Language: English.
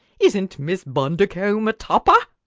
isn't miss bundercombe a topper!